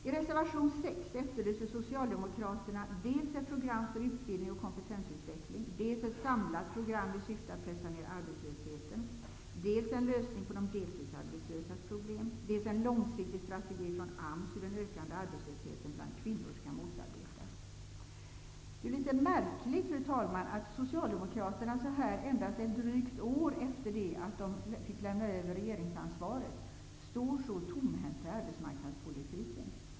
I reservation 6 efterlyser Socialdemokraterna dels ett program för utbildning och kompetensutveckling, dels ett samlat program i syfte att pressa ner arbetslösheten, dels en lösning på de deltidsarbetslösas problem, dels en långsiktig strategi från AMS hur den ökande arbetslösheten bland kvinnor skall motarbetas. Det är ju litet märkligt, fru talman, att Socialdemokraterna så här, endast ett drygt år efter det att de fick lämna över regeringsansvaret, står så tomhänta i arbetsmarknadspolitiken.